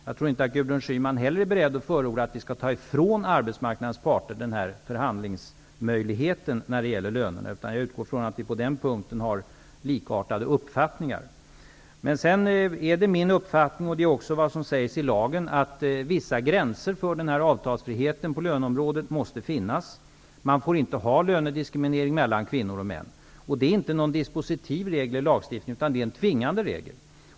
Jag tror inte att Gudrun Schyman heller är beredd att förorda att vi skall ta ifrån arbetsmarknadens parter förhandlingsmöjligheten när det gäller lönerna, utan jag utgår från att vi på den punkten har likartade uppfattningar. Min uppfattning är -- det sägs också i lagen -- att vissa gränser för avtalsfriheten på löneområdet måste finnas. Det får inte förekomma lönediskriminering mellan kvinnor och män. Det är inte någon dispositiv lagstiftning, utan det är en tvingande regel.